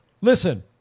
listen –